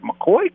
McCoy